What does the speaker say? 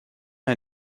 her